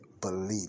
believe